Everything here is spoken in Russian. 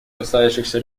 касающихся